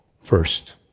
first